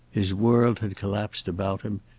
his world had collapsed about him,